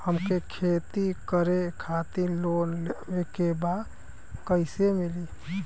हमके खेती करे खातिर लोन लेवे के बा कइसे मिली?